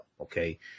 Okay